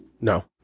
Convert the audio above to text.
No